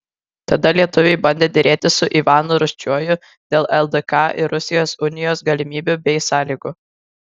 tada lietuviai bandė derėtis su ivanu rūsčiuoju dėl ldk ir rusijos unijos galimybių bei sąlygų